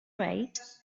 right